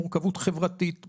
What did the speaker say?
מורכבות חברתית,